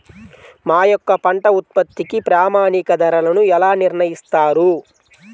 మా యొక్క పంట ఉత్పత్తికి ప్రామాణిక ధరలను ఎలా నిర్ణయిస్తారు?